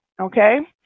okay